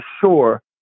sure